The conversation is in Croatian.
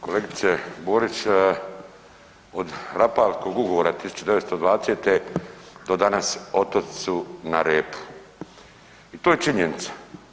Kolegice Borić, od Rapalskog ugovora 1920.do danas otoci su na repu i to je činjenica.